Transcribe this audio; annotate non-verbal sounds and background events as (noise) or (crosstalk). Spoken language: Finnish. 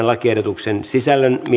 (unintelligible) lakiehdotuksen sisällöstä (unintelligible)